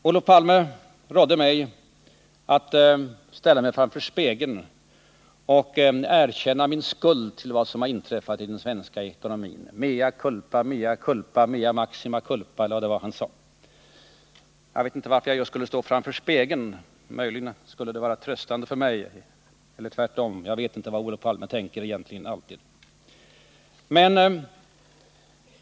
Olof Palme rådde mig att ställa mig framför spegeln och erkänna min skuld till vad som inträffat i den svenska ekonomin — mea culpa, mea culpa, mea maxima culpa eller vad det var han sade. Jag förstår inte varför jag just skulle stå framför spegeln. Möjligen skulle det vara en tröst för mig, eller tvärtom — jag vet inte alltid vad Olof Palme egentligen tänker.